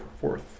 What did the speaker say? fourth